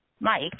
Mike